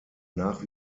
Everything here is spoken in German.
nach